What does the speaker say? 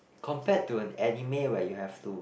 compare to an anime where you have to